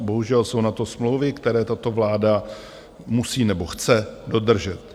Bohužel jsou na to smlouvy, které tato vláda musí nebo chce dodržet.